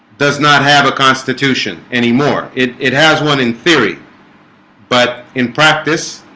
does not have a constitution anymore it it has one in theory but in practice